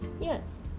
Yes